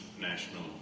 national